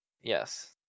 Yes